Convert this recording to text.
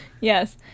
Yes